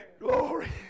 Glory